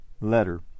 Letter